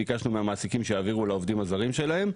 ביקשנו מהמעסיקים שיעבירו לעובדים הזרים שלהם.